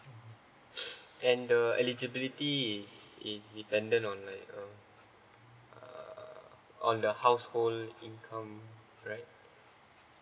okay then the eligibility is is dependent on like uh err on the household income right